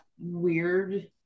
Weird